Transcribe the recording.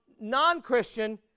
non-Christian